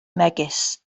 megis